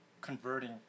converting